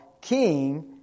king